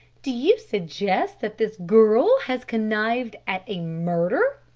do you suggest that this girl has connived at a murder?